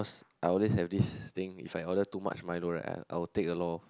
I always have this thing if I order too much Milo right I I will take a lot